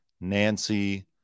Nancy